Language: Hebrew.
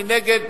מי נגד?